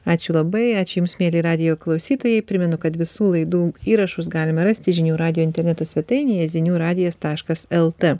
ačiū labai ačiū jums mieli radijo klausytojai primenu kad visų laidų įrašus galima rasti žinių radijo interneto svetainėje zinių radijas taškas lt